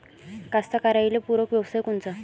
कास्तकाराइले पूरक व्यवसाय कोनचा?